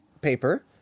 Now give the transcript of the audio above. paper